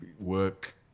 work